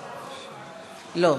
לא.